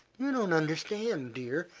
you don't understand, dear.